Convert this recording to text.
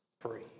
Free